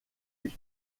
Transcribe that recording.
lui